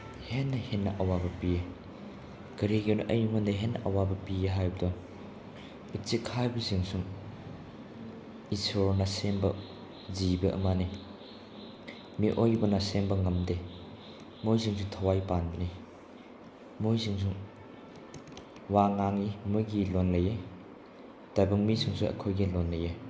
ꯍꯦꯟꯅ ꯍꯦꯟꯅ ꯑꯋꯥꯕ ꯄꯤ ꯀꯔꯤꯒꯤꯅꯣ ꯑꯩꯉꯣꯟꯗ ꯍꯦꯟꯅ ꯑꯋꯥꯕ ꯄꯤ ꯍꯥꯏꯕꯗꯣ ꯎꯆꯦꯛ ꯍꯥꯏꯕꯁꯤꯡꯁꯨ ꯏꯁꯣꯔꯅ ꯁꯦꯝꯕ ꯖꯤꯕ ꯑꯃꯅꯤ ꯃꯤꯑꯣꯏꯕꯅ ꯁꯦꯝꯕ ꯉꯝꯗꯦ ꯃꯣꯏꯁꯤꯡꯁꯨ ꯊꯋꯥꯏ ꯄꯥꯟꯕꯅꯤ ꯃꯣꯏꯁꯤꯡꯁꯨ ꯋꯥ ꯉꯥꯡꯏ ꯃꯣꯏꯒꯤ ꯂꯣꯟ ꯂꯩ ꯇꯥꯏꯕꯪ ꯃꯤꯁꯤꯡꯁꯨ ꯑꯩꯈꯣꯏꯒꯤ ꯂꯣꯟ ꯂꯩ